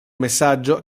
messaggio